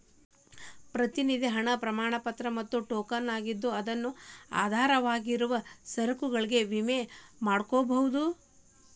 ಪ್ರತಿನಿಧಿ ಹಣ ಪ್ರಮಾಣಪತ್ರ ಮತ್ತ ಟೋಕನ್ ಆಗಿದ್ದು ಅದನ್ನು ಆಧಾರವಾಗಿರುವ ಸರಕುಗಳಿಗೆ ವಿನಿಮಯ ಮಾಡಕೋಬೋದು